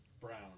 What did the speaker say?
Brown